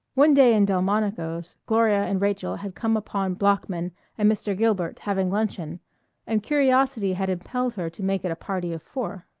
one day in delmonico's, gloria and rachael had come upon bloeckman and mr. gilbert having luncheon and curiosity had impelled her to make it a party of four.